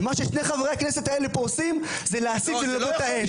ומה ששני חברי הכנסת האלה פה עושים זה להסית וללבות את האש.